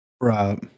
right